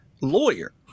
lawyer